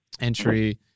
entry